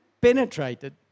penetrated